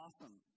awesome